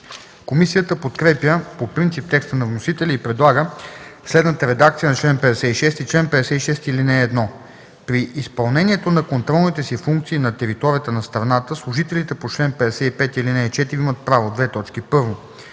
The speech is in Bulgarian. Комисията подкрепя по принцип текста на вносителя и предлага следната редакция на чл. 56: „Чл. 56. (1) При изпълнението на контролните си функции на територията на страната служителите по чл. 55, ал. 4 имат право: 1.